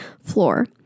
floor